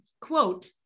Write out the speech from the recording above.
quote